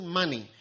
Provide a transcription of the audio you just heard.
money